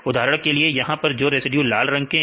उदाहरण के लिए यहां पर जो रेसिड्यूज लाल रंग के हैं